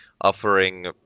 offering